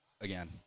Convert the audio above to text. again